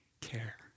care